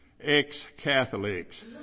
ex-Catholics